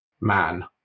man